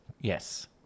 Yes